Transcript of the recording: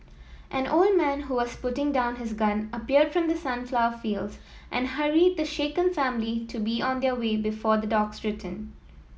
an old man who was putting down his gun appeared from the sunflower fields and hurried the shaken family to be on their way before the dogs return